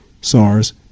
SARS